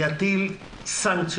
לא יטיל סנקציות